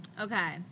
Okay